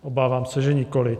Obávám se, že nikoli.